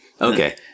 Okay